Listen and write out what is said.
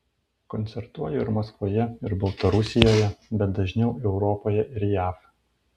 koncertuoju ir maskvoje ir baltarusijoje bet dažniau europoje ir jav